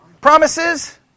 promises